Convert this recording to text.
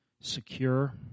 secure